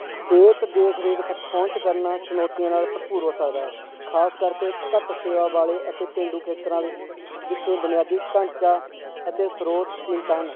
ਸਿਹਤ ਦੇਖ ਰੇਖ ਤੱਕ ਪਹੁੰਚ ਕਰਨਾ ਚੁਣੌਤੀਆਂ ਨਾਲ ਭਰਪੂਰ ਹੋ ਸਕਦਾ ਹੈ ਖਾਸ ਕਰਕੇ ਘੱਟ ਸੇਵਾ ਵਾਲੇ ਅਤੇ ਪੇਂਡੂ ਖੇਤਰਾਂ ਵਿੱਚ ਜਿੱਥੇ ਬੁਨਿਆਦੀ ਢਾਂਚਾ ਅਤੇ ਸਰੋਤ ਸੀਮਿਤ ਹਨ